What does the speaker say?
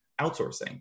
outsourcing